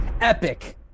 epic